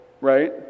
right